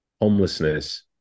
homelessness